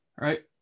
Right